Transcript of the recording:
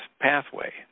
pathway